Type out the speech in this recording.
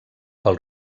pels